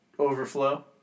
overflow